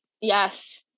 Yes